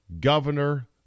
governor